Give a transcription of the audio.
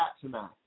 tonight